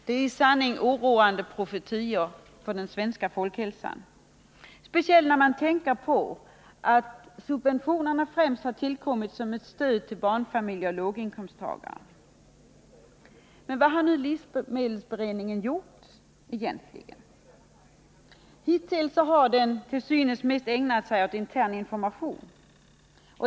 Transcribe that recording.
Det är i sanning oroande profetior för den svenska folkhälsan, speciellt när man tänker på att subventionerna främst tillkommit som ett stöd till barnfamiljer och låginkomsttagare. Men vad har nu livsmedelsberedningen gjort? Hittills har den till synes mest ägnat sig åt intern information.